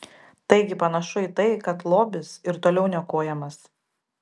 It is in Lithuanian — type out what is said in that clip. taigi panašu į tai kad lobis ir toliau niokojamas